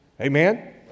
Amen